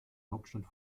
hauptstadt